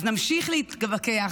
אז נמשיך להתווכח